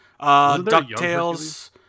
DuckTales